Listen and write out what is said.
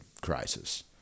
crisis